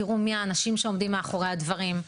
תראו מי האנשים שעומדים מאחורי הדברים.